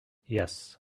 yes